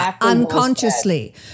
unconsciously